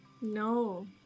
No